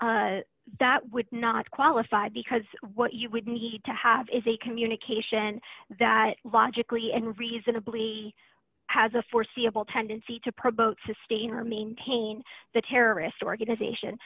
statute that would not qualify because what you would need to have is a communication that logically and reasonably has a foreseeable tendency to promote sustain or maintain the terrorist organization